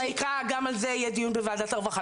גם על זה יהיה דיון בוועדת הרווחה,